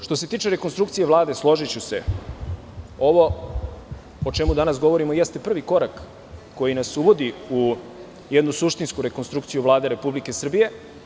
Što se tiče rekonstrukcije Vlade, složiću se, ovo o čemu danas govorimo jeste prvi korak koji nas uvodi u jednu suštinsku rekonstrukciju Vlade Republike Srbije.